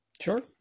Sure